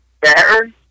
better